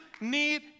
need